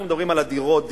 אנחנו מדברים על הדירות.